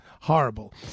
horrible